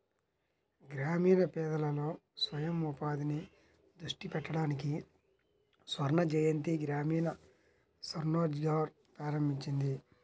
గ్రామీణ పేదలలో స్వయం ఉపాధిని దృష్టి పెట్టడానికి స్వర్ణజయంతి గ్రామీణ స్వరోజ్గార్ ప్రారంభించింది